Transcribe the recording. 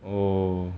oh